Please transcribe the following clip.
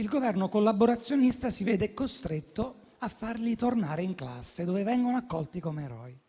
il Governo collaborazionista si vede costretto a farli tornare in classe, dove vengono accolti come eroi.